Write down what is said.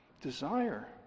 Desire